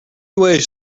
ways